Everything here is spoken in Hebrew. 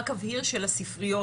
רק אבהיר שלספריות